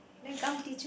then come teach me